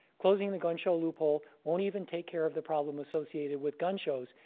closing the gun show loophole won't even take care of the problem associated with gun shows,